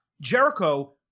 Jericho